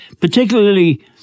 particularly